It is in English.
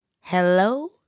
hello